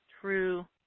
true